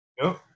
No